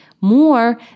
more